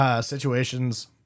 situations